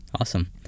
awesome